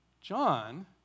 John